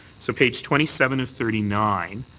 so page twenty seven of thirty nine,